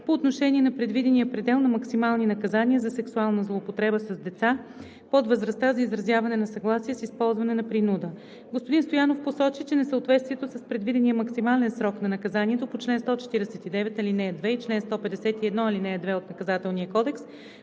по отношение на предвидения предел на максимални наказания за сексуална злоупотреба с деца под възрастта за изразяване на съгласие с използване на принуда. Господин Стоянов посочи, че несъответствието с предвидения максимален срок на наказанието по чл. 149, ал. 2 и чл. 151, ал. 2 от Наказателния кодекс